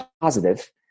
positive